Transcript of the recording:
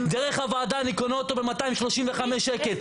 דרך הוועדה אני קונה אותו ב-235 שקל.